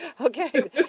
Okay